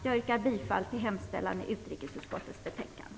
Jag yrkar bifall till hemställan i utrikesutskottets betänkande.